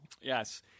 Yes